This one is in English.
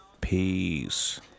peace